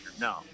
No